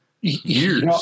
years